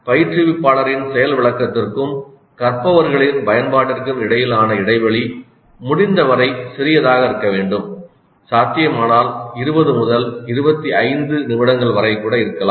பயிற்றுவிப்பாளரின் செயல் விளக்கத்திற்கும் கற்பவர்களின் பயன்பாட்டிற்கும் இடையிலான இடைவெளி முடிந்தவரை சிறியதாக இருக்க வேண்டும் சாத்தியமானால் 20 முதல் 25 நிமிடங்கள் வரை கூட இருக்கலாம்